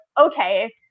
okay